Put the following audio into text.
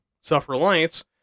Self-reliance